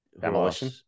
Demolition